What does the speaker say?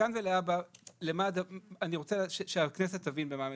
מכאן ולהבא אני רוצה שהכנסת תבין במה מדובר.